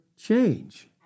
change